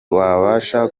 wabasha